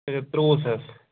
اَچھا ترٛۆوُہ ساس